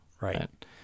Right